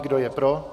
Kdo je pro?